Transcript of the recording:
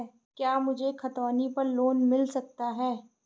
क्या मुझे खतौनी पर लोन मिल सकता है?